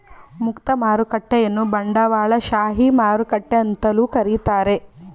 ಮುಕ್ತ ಮಾರುಕಟ್ಟೆಯನ್ನ ಬಂಡವಾಳಶಾಹಿ ಮಾರುಕಟ್ಟೆ ಅಂತಲೂ ಕರೀತಾರೆ